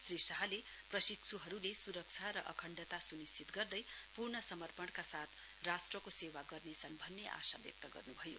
श्री शाहले प्रशिक्षुहरूले सुरक्षा र अखण्डता सुनिश्चित गर्दै पूर्ण समर्पणका साथ राष्ट्रको सेवा गर्ने छन् भन्ने आशा व्यक्त गर्नुभयो